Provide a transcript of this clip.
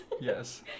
Yes